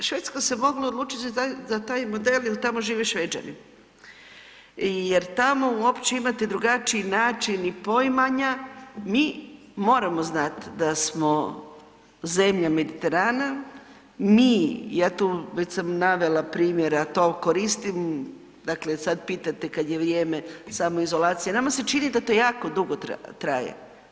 Švedska se mogla odlučiti za taj model jel tamo žive Šveđani jer tamo imate uopće drugačiji način i poimanja, mi moramo znati da smo zemlja Mediterana, mi, ja tu već sam navela primjera to koristim, dakle pitate kada je vrijeme samoizolacije, nama se čini da to jako dugo traje.